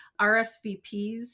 RSVPs